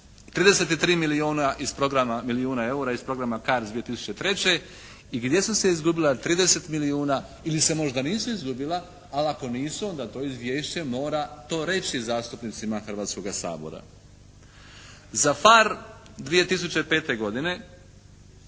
33 milijuna iz programa, milijuna EUR-a iz programa «CARDS» 2003. i gdje su se izgubila 30 milijuna ili se možda nisu izgubila ali ako nisu onda to izvješće mora to reći zastupnicima Hrvatskoga sabora. Za «PHARE» 2005. godine